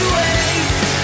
waste